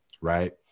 right